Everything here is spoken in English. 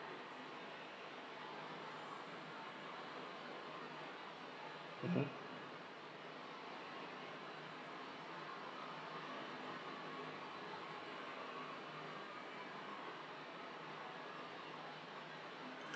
mmhmm